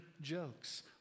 jokes